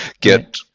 get